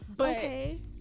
Okay